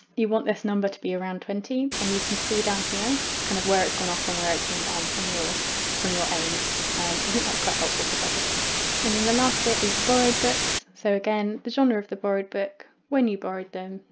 you want this number to be around twenty and you can see down here kind of where it's gone up and um where it's gone down from your from your aim. so i think that's quite helpful for budgeting and then the last bit is the borrowed books so again the genre of the borrowed book, when you borrowed them,